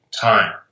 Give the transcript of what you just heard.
time